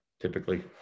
typically